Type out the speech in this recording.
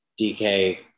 DK